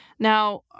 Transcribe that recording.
Now